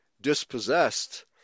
dispossessed